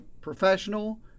professional